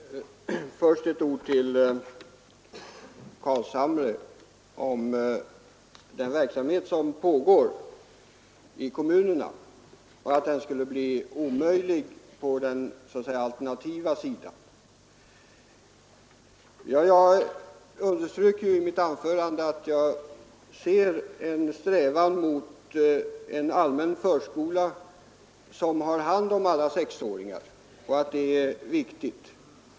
Herr talman! Först ett ord till herr Carlshamre om den verksamhet som pågår i kommunerna och om att den skulle bli omöjlig på den så att säga alternativa sidan. Jag underströk ju i mitt anförande att jag ser en strävan mot en allmän förskola som tar hand om alla sexåringar som viktig.